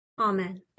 Amen